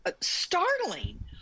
startling